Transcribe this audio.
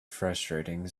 frustrating